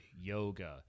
yoga